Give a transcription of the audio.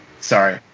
sorry